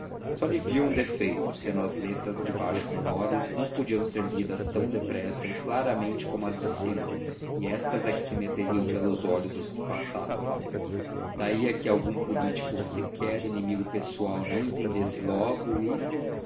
só lhe viu um defeito sendo as letras de baixo menores podiam não ser lidas tão depressa e claramente como as de cima e estas é que se meteriam pelos olhos ao que passasse daí a que algum político ou sequer inimigo pessoal não entendesse logo e